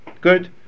Good